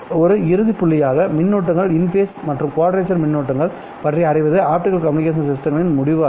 ஒரு இறுதி புள்ளியாகமின்னூட்டங்கள் இன்ஃபேஸ் மற்றும் குவாட்ரேச்சர் மின்னூட்டங்கள் பற்றி அறிவது ஆப்டிகல் கம்யூனிகேஷன் சிஸ்டங்களின் முடிவு அல்ல